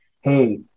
Hey